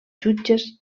jutges